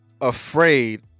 afraid